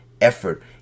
effort